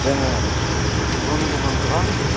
जोङो गुबुन गुबुन गोबां